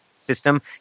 system